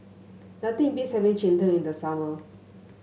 nothing beats having Cheng Tng in the summer